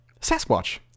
Sasquatch